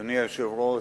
אדוני היושב-ראש,